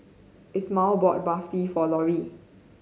Isamar bought Barfi for Lorie